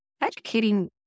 educating